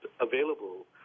available